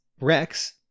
Rex